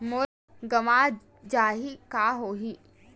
मोर गंवा जाहि का होही?